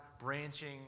branching